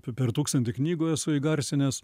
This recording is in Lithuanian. per tūkstantį knygų esu įgarsinęs